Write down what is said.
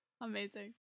Amazing